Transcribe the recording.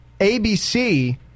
ABC